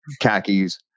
khakis